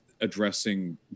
addressing